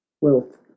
wealth